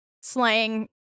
slang